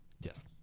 Yes